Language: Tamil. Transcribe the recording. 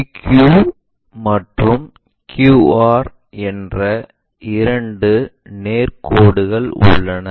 PQ மற்றும் QR என்ற இரண்டு நேர் கோடுகள் உள்ளன